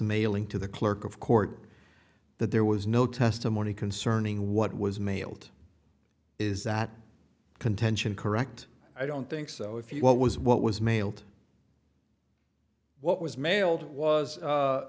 mailing to the clerk of court that there was no testimony concerning what was mailed is that contention correct i don't think so if you what was what was mailed what was mailed was